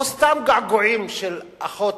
או סתם געגועים של אחות